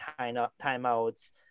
timeouts